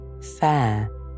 fair